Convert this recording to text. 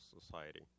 Society